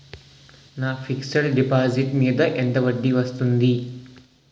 నా fixed deposit మీద ఎంత వడ్డీ వస్తుంది?